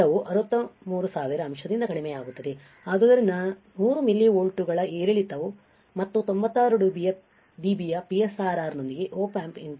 ಆದ್ದರಿಂದ 100 ಮಿಲಿ ವೋಲ್ಟ್ಗಳ ಏರಿಳಿತ ಮತ್ತು 96 dB ಯ PSRR ನೊಂದಿಗೆ Op amp ಇನ್ಪುಟ್ 1